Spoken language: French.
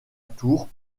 tours